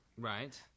Right